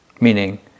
meaning